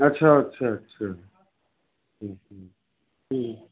अच्छा अच्छा अच्छा